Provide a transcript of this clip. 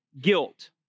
guilt